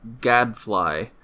Gadfly